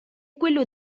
quello